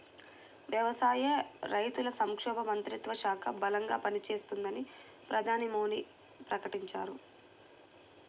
వ్యవసాయ, రైతుల సంక్షేమ మంత్రిత్వ శాఖ బలంగా పనిచేస్తుందని ప్రధాని మోడీ ప్రకటించారు